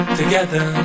together